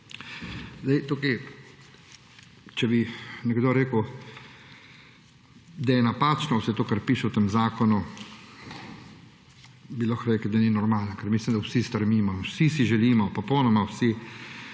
Tukaj, če bi nekdo rekel, da je napačno vse to, kar piše v tem zakonu, bi lahko rekli, da ni normalen, ker mislim, da vsi strmimo in vsi si želimo, popolnoma vsi,